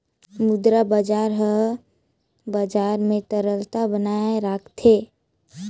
मुद्रा बजार हर बजार में तरलता बनाए राखथे